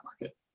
market